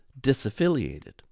disaffiliated